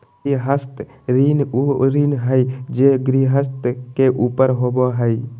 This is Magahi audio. गृहस्थ ऋण उ ऋण हइ जे गृहस्थ के ऊपर होबो हइ